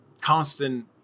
constant